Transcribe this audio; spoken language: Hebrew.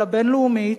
אלא בין-לאומית,